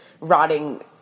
rotting